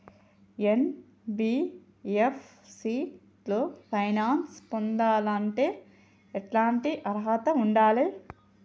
NBFC లో finance పొందాలంటే ఎట్లాంటి అర్హత ఉండాలే?